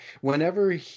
whenever